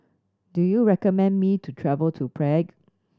do you recommend me to travel to Prague